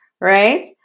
right